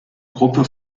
gruppe